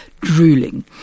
drooling